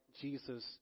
Jesus